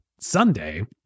Sunday